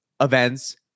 events